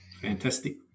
fantastic